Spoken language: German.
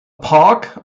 park